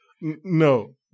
No